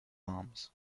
arms